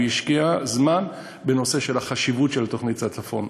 הוא השקיע זמן בנושא החשיבות של תוכנית הצפון.